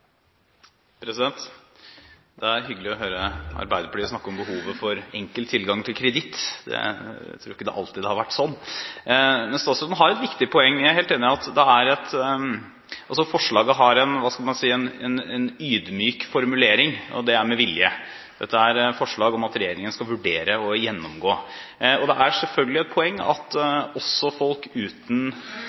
hyggelig å høre Arbeiderpartiet snakke om behovet for enkel tilgang til kreditt. Jeg tror ikke det alltid har vært sånn. Men statsråden har et viktig poeng, som jeg er helt enig i. Forslaget har en – hva skal man si – ydmyk formulering, og det er med vilje. Dette er et forslag om at regjeringen skal vurdere å «gjennomgå». Det er selvfølgelig et poeng at også folk uten